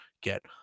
get